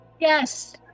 Yes